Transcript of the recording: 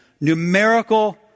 numerical